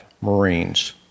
Marines